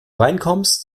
reinkommst